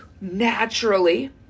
naturally